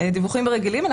דיווחים רגילים.